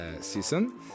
season